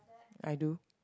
I do